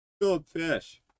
Goldfish